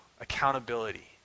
accountability